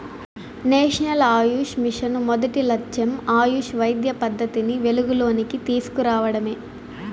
national AYUSH mission మొదటి లచ్చెం ఆయుష్ వైద్య పద్దతిని వెలుగులోనికి తీస్కు రావడమే